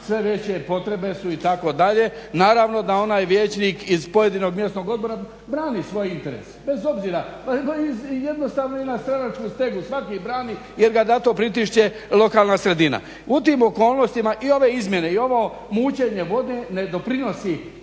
sve veće potrebe su itd., naravno da onaj vijećnik iz pojedinog mjesnog odbora brani svoje interese, bez obzira, jednostavno ima stranačku stegu, svaki brani jer ga na to pritišće lokalna sredina. U tim okolnostima i ove izmjene i ovo mućenje vode ne doprinosi